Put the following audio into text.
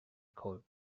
court